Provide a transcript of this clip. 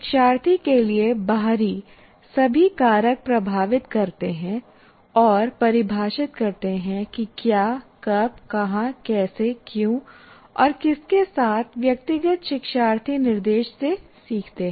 शिक्षार्थी के लिए बाहरी सभी कारक प्रभावित करते हैं और परिभाषित करते हैं कि क्या कब कहाँ कैसे क्यों और किसके साथ व्यक्तिगत शिक्षार्थी निर्देश से सीखते हैं